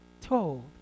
told